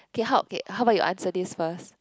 okay how okay how about you answer this first